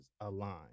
align